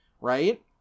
right